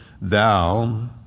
thou